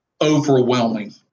overwhelming